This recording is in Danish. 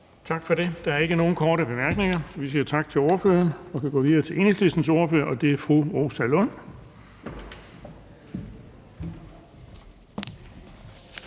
Tak for det. Der er ikke nogen korte bemærkninger, så vi siger tak til ordføreren. Vi går videre til Dansk Folkepartis ordfører, og det er hr. Peter